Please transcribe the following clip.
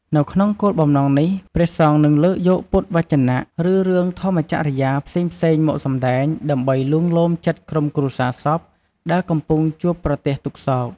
នៅក្នុងគោលបំណងនេះ ព្រះសង្ឃនឹងលើកយកពុទ្ធវចនៈ ឬរឿងធម្មចរិយាផ្សេងៗមកសំដែង ដើម្បីលួងលោមចិត្តក្រុមគ្រួសារសពដែលកំពុងជួបប្រទះទុក្ខសោក។